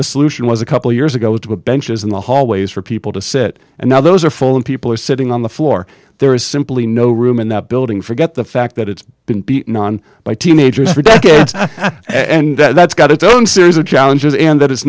the solution was a couple years ago it was benches in the hallways for people to sit and now those are full and people are sitting on the floor there is simply no room in that building forget the fact that it's been beaten on by teenagers for decades and that's got its own series of challenges and that i